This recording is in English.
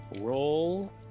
Roll